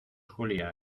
julia